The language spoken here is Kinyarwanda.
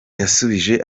yasubije